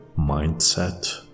mindset